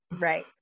Right